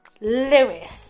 Lewis